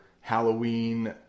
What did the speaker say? Halloween